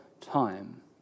time